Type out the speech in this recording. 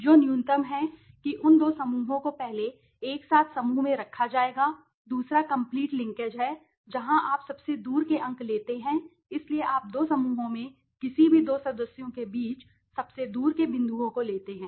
जो न्यूनतम है कि उन दो समूहों को पहले एक साथ समूह में रखा जाएगा दूसरा कम्पलीट लिंकेज है जहां आप सबसे दूर के अंक लेते हैं इसलिए आप दो समूहों में किसी भी दो सदस्यों के बीच सबसे दूर के बिंदुओं को लेते हैं